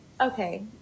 okay